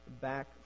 back